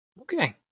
Okay